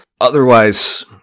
Otherwise